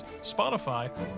Spotify